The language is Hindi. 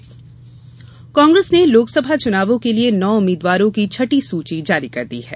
कांग्रेस सूची कांग्रेस ने लोकसभा चुनावों के लिए नौ उम्मीदवारों की छठी सूची जारी कर दी है